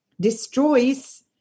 destroys